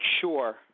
sure